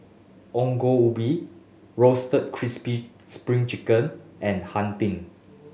Ongol Ubi Roasted Crispy Spring Chicken and Hee Pan